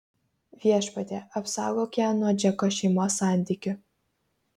viešpatie apsaugok ją nuo džeko šeimos santykių